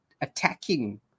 attacking